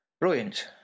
Brilliant